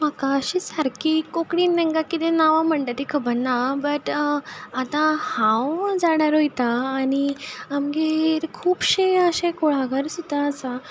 म्हाका अशीं सारकीं कोंकणीन तांकां कितें नांवां म्हणटा तीं खबर ना बट आतां हांव झाडां रोयतां आनी आमगेर खुबशे अशे कुळागर सुद्दां आसा